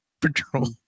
Patrol